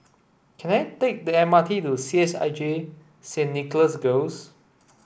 can I take the M R T to C H I J Saint Nicholas Girls